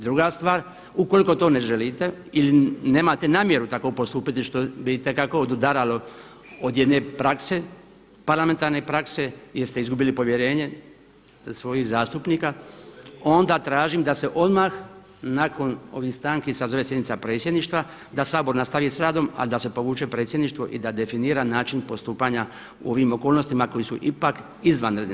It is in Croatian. Druga stvar, ukoliko to ne želite ili nemate namjeru tako postupiti što bi itekako odudaralo od jedne prakse, parlamentarne prakse jer ste izgubili povjerenje svojih zastupnika, onda tražim da se odmah nakon ovih stanki sazove sjednica Predsjedništva, da Sabor nastavi sa radom, a da se povuče Predsjedništvo i da definira način postupanja u ovim okolnostima koje su ipak izvanredne.